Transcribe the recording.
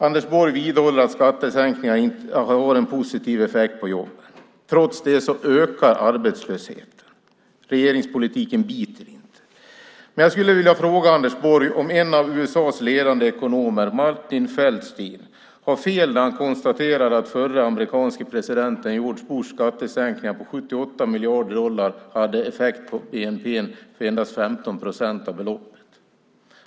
Anders Borg vidhåller att skattesänkningar har en positiv effekt på jobben. Trots det ökar arbetslösheten. Regeringspolitiken biter inte. Jag skulle vilja fråga Anders Borg om en av USA:s ledande ekonomer, Martin Feldstein, har fel när han konstaterar att den förre amerikanske George W Bushs skattesänkningar på 78 miljarder dollar hade effekt på bnp för endast 15 procent av beloppet.